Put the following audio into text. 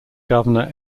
governor